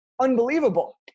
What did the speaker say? unbelievable